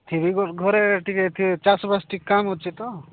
ଥିବି ଘରେ ଟିକେ ଚାଷବାସ ଟିକେ କାମ ଅଛେ ତ